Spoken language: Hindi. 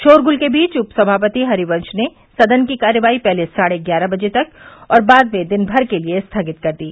शोरगुल के बीच उपसभापति हरिवंश ने सदन की कार्यवाही पहले साढे ग्यारह बजे तक और बाद में दिनभर के लिए स्थगित कर दी